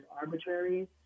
arbitrary